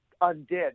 undid